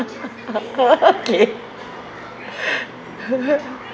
okay